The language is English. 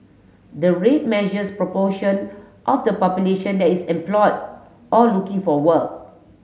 the rate measures proportion of the population that is employed or looking for work